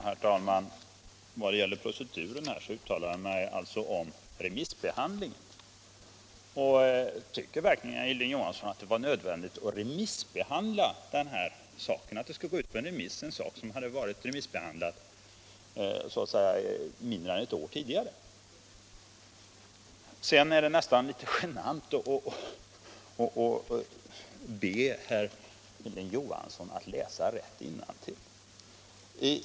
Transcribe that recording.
Herr talman! Vad gäller procedurer uttalade jag mig om remissbehandlingen. Tycker verkligen herr Hilding Johansson att det är nödvändigt att remissbehandla detta ärende, som remissbehandlats mindre än ett år tidigare? Det är nästan litet genant att be herr Hilding Johansson läsa rätt innantill.